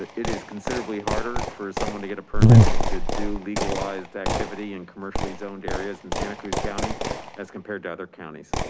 it is considerably harder for someone to get a permit to do legalized activity in commercially zoned areas in santa cruz county as compared to other counties.